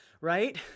Right